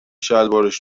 شلوارش